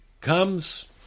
comes